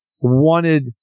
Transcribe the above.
wanted